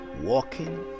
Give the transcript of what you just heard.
walking